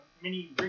mini